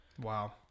Wow